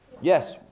Yes